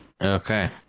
Okay